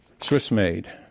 Swiss-made